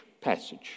passage